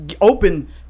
open